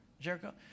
Jericho